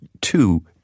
two